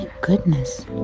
goodness